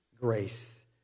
grace